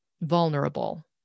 vulnerable